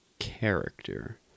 character